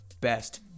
best